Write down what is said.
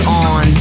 on